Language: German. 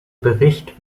bericht